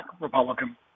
Republican